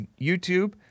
YouTube